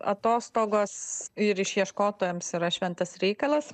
atostogos ir išieškotojams yra šventas reikalas